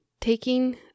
taking